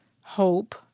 hope